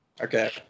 okay